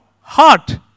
heart